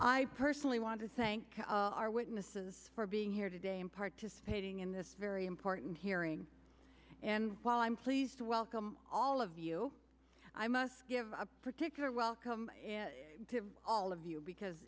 i personally want to thank our witnesses for being here today and participating in this very important hearing and while i'm pleased to welcome all of you i must give a particular welcome to all of you because